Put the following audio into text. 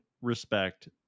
Respect